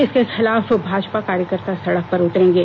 इसके खिलाफ भाजपा कार्यकर्ता सड़क पर उतरेंगे